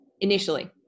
initially